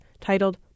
titled